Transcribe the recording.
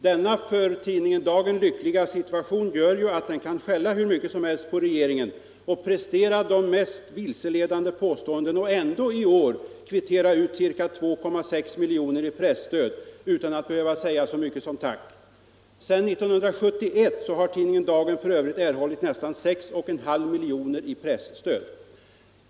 Denna för tidningen Dagen lyckliga situation gör ju att den kan skälla hur mycket som helst på regeringen och prestera de mest vilseledande påståenden men ändå i år kvittera ut ca 2,6 milj.kr. i presstöd utan att behöva säga så mycket som tack. Sedan 1971 har tidningen Dagen f. ö. erhållit nästan 6,5 milj.kr. i presstöd.